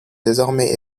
désormais